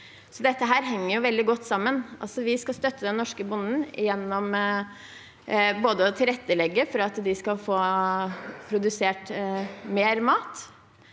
Dette henger veldig godt sammen. Vi skal støtte norske bønder gjennom å tilrettelegge både for at de skal få produsert mer mat,